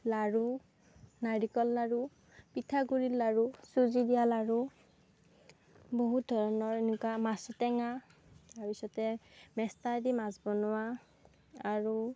লাড়ু নাৰিকল লাড়ু পিঠাগুৰিৰ লাড়ু চুজি দিয়া লাড়ু বহুত ধৰণৰ এনেকুৱা মাছৰ টেঙা তাৰপিছতে মেচটাই দি মাছ বনোৱা আৰু